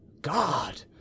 God